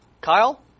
Kyle